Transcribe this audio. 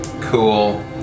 Cool